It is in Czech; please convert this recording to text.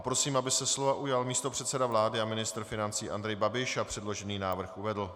Prosím, aby se slova ujal místopředseda vlády a ministr financí Andrej Babiš a předložený návrh uvedl.